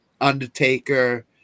Undertaker